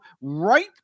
right